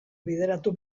bideratu